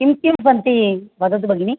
किं किं सन्ति वदतु भगिनि